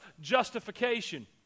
justification